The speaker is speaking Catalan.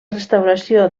restauració